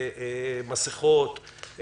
מסכות,